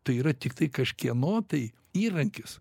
tai yra tiktai kažkieno tai įrankis